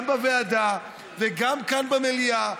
גם בוועדה וגם כאן במליאה,